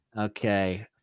Okay